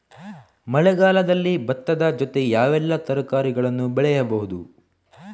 ಮಳೆಗಾಲದಲ್ಲಿ ಭತ್ತದ ಜೊತೆ ಯಾವೆಲ್ಲಾ ತರಕಾರಿಗಳನ್ನು ಬೆಳೆಯಬಹುದು?